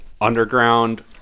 underground